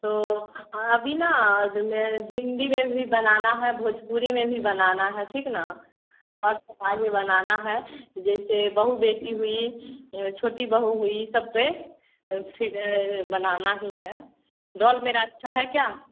तो अभी ना अद मैं हिन्दी में भी बनाना है भोजपुरी में भी बनाना है ठीक ना और सफाई में बनाना है जैसे बहू बेटी हुई छोटी बहू हुई सब पर तो फिर ने बनाना ही है रोल मेरा अच्छा है क्या